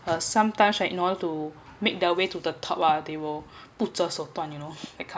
uh sometimes right in order to make their way to the top ah they'll you know that kind